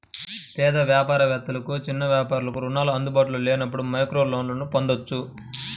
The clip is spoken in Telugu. పేద వ్యాపార వేత్తలకు, చిన్న వ్యాపారాలకు రుణాలు అందుబాటులో లేనప్పుడు మైక్రోలోన్లను పొందొచ్చు